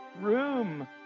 Room